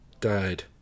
Died